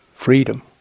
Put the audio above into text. Freedom